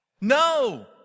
No